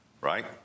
right